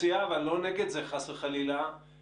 כן, סדר-גודל של מספר ילדים.